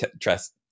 trust